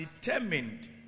determined